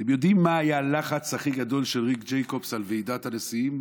אתם יודעים מה היה הלחץ הכי גדול של ריק ג'ייקובס על ועידת הנשיאים